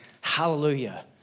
hallelujah